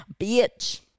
bitch